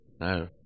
No